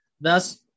Thus